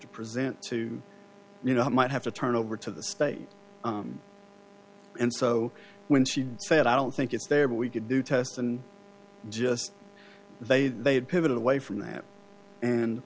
to present to you know it might have to turn over to the state and so when she said i don't think it's there we could do tests and just they they had pivoted away from that and